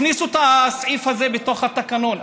הכניסו את הסעיף הזה בתוך התקנון.